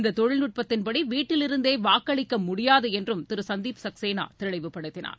இந்த தொழில்நுட்பத்தின்படி வீட்டிலிருந்தே வாக்களிக்க முடியாது என்றும் திரு சந்திப் சக்சேனா தெளிவுபடுத்தினார்